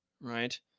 right